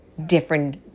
different